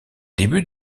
début